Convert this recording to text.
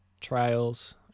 trials